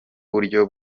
buryo